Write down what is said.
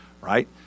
right